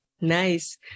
Nice